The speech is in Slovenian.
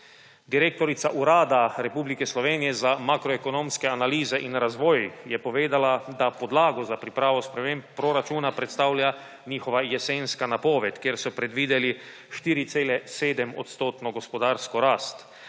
Direktorica Urada Republike Slovenije za makroekonomske analize in razvoj je povedala, da podlago za pripravo sprememb proračuna predstavlja njihova jesenska napoved, kjer so predvideli 4,7-odstotno gospodarsko rast.